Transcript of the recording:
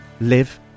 live